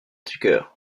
tucker